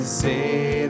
Say